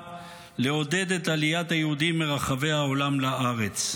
לעודד את עליית היהודים מרחבי העולם לארץ.